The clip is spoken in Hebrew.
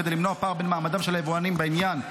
כדי למנוע פער בין מעמדם של היבואנים בעניין,